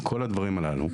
כל הדברים הללו,